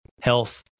health